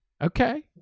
Okay